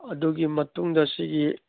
ꯑꯗꯨꯒꯤ ꯃꯇꯨꯡꯗ ꯁꯤꯒꯤ